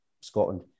Scotland